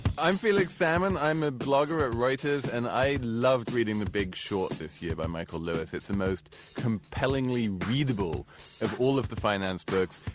i'm felix salmon. i'm a blogger at reuters and i loved reading the big short this year by michael lewis. it's the most compellingly readable of all of the finance books.